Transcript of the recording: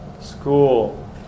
school